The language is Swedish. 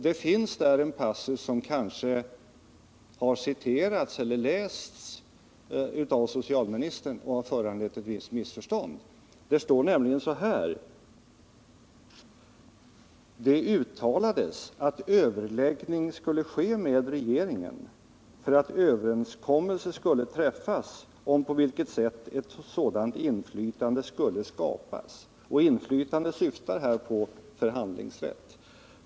Där finns en passus som kanske har citerats för eller lästs av socialministern men som föranlett ett visst missförstånd. Det står nämligen så här: ”Det uttalades att överläggning skulle ske med regeringen för att överenskommelse skulle träffas om på vilket sätt ett sådant inflytande skulle skapas.” Inflytande syftar här på förhandlingsrätt.